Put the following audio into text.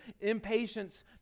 impatience